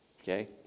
Okay